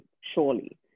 surely